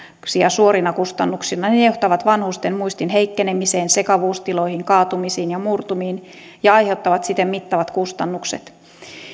suorina kustannuksina ne ne johtavat vanhusten muistin heikkenemiseen sekavuustiloihin kaatumisiin ja murtumiin ja aiheuttavat siten mittavat kustannukset